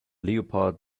leopard